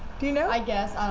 do you know? i guess. i